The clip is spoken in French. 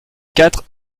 quatre